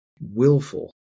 willful